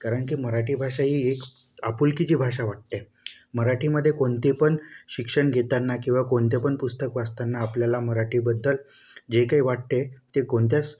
कारण की मराठी भाषा ही एक आपुलकीची भाषा वाटते मराठीमध्ये कोणते पण शिक्षण घेताना किंवा कोणते पण पुस्तक वाचताना आपल्याला मराठीबद्दल जे काही वाटते ते कोणत्याच